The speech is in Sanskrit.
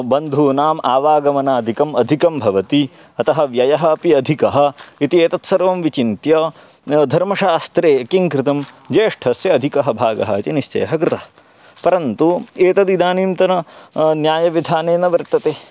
बन्धूनाम् अवागमनादिकम् अधिकं भवति अतः व्ययः अपि अधिकः इति एतत् सर्वं विचिन्त्य धर्मशास्त्रे किं कृतं ज्येष्ठस्य अधिकः भागः इति निश्चयः कृतः परन्तु एतद् इदानीन्तन न्यायविधाने न वर्तते